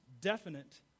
definite